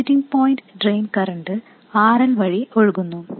operating point drain current R L വഴി ഒഴുകുന്നു